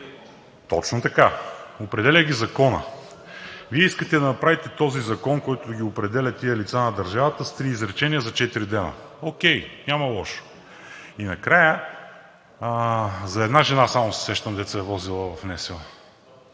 Точно така! Определя ги законът. Вие искате да направите този закон, който ги определя тези лица на държавата с три изречения за четири дни. Окей, няма лошо. И накрая за една жена само се сещам, която се е возила в НСО